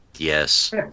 yes